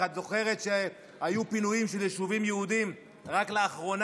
את זוכרת שהיו פינויים של יישובים יהודיים רק לאחרונה,